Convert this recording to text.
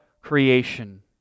creation